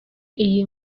iyi